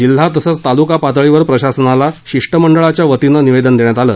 जिल्हा तसंच तालुका पातळीवर प्रशासनाला शिष्टमंडळाच्या वतीने निवेदन देण्यात आलं